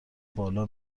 بالا